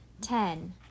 Ten